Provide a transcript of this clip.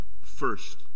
first